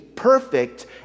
perfect